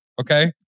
Okay